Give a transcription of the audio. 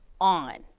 on